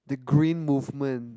the green movement